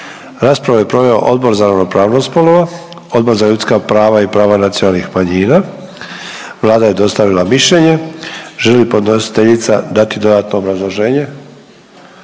Raspravu je proveo Odbor za ravnopravnost spolova, Odbor za ljudska prava i prava nacionalnih manjina. Vlada je dostavila mišljenje. Želi li podnositeljica dati dodatno obrazloženje?